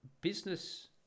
business